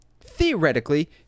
theoretically